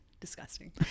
disgusting